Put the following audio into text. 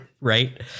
Right